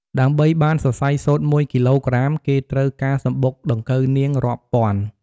ដើម្បីបានសរសៃសូត្រមួយគីឡូក្រាម គេត្រូវការសំបុកដង្កូវនាងរាប់ពាន់។